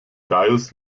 gaius